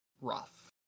rough